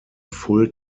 full